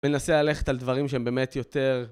מנסה ללכת על דברים שהם באמת יותר...